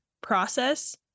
process